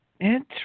Interesting